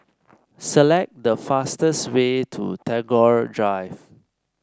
select the fastest way to Tagore Drive